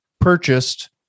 purchased